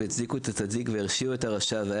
והצדיקו את הצדיק והרשיעו את הרשע.